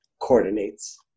coordinates